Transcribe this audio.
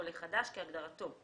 "עולה חדש" כהגדרתו..."